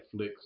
Netflix